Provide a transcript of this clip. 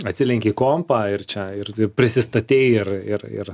atsilenki kompą ir čia ir prisistatei ir ir ir